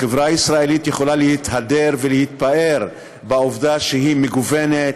החברה הישראלית יכולה להתהדר ולהתפאר בעובדה שהיא מגוונת,